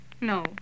No